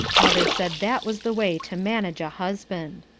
mother said that was the way to manage a husband.